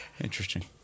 Interesting